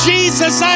Jesus